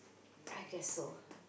I guess so